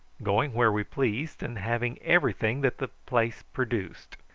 going where we pleased, and having everything that the place produced.